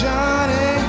Johnny